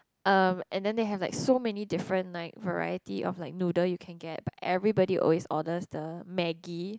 um and then they have like so many different like variety of like noodle you can get but everybody always orders the maggie